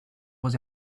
was